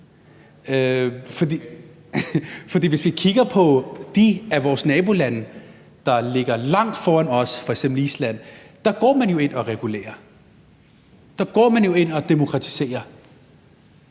hvis vi kigger på de af vores nabolande, der ligger langt foran os, f.eks. Island, kan vi se, at man jo går ind og regulerer. Der går man jo ind og demokratiserer.